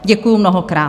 Děkuju mnohokrát.